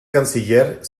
canciller